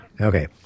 Okay